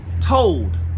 told